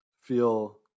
feel